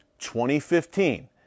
2015